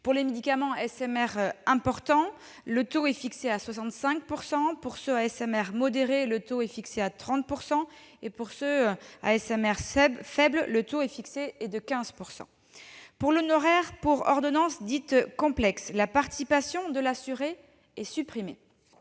Pour les médicaments à SMR important, le taux est fixé à 65 %; pour ceux à SMR modéré, le taux est de 30 %; pour ceux à SMR faible, le taux est de 15 %. Pour l'honoraire pour ordonnance dite « complexe », la participation de l'assuré est supprimée.